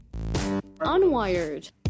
Unwired